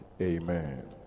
Amen